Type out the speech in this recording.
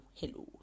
hello